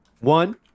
One